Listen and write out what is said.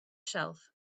shelf